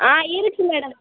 ஆ இருக்கு மேடம்